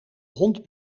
hond